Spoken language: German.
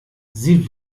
sie